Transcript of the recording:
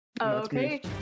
okay